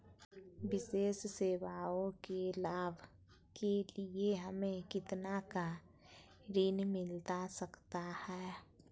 विशेष सेवाओं के लाभ के लिए हमें कितना का ऋण मिलता सकता है?